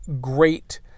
Great